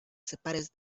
separes